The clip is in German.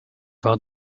war